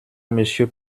monsieur